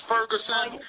Ferguson